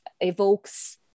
evokes